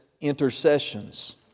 intercessions